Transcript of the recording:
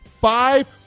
five